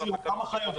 כמה חייבים,